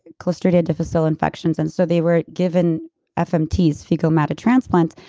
clostridium difficile infections. and so they were given fmts, fecal matter transplants,